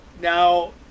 Now